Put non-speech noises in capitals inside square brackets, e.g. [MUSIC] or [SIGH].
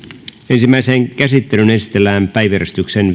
ensimmäiseen käsittelyyn esitellään päiväjärjestyksen [UNINTELLIGIBLE]